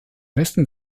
westen